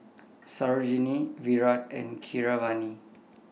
Sarojini Virat and Keeravani